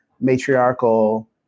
matriarchal